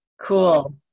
cool